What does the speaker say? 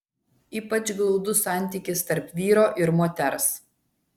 ypač glaudus santykis tarp vyro ir moters